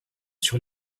sur